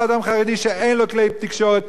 אם לא ללכת אל מחוץ לחוק?